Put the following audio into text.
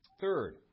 Third